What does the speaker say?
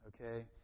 Okay